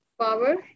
power